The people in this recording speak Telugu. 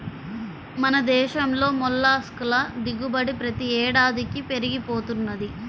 మన దేశంలో మొల్లస్క్ ల దిగుబడి ప్రతి ఏడాదికీ పెరిగి పోతున్నది